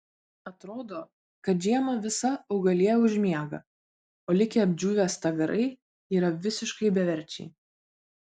atrodo kad žiemą visa augalija užmiega o likę apdžiūvę stagarai yra visiškai beverčiai